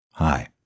Hi